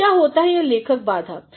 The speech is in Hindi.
अब क्या है यह लेखक बाधा